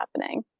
happening